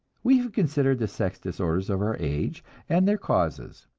we have considered the sex disorders of our age and their causes.